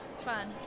fun